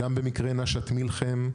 גם במקרה נשאת מלחם,